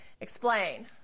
explain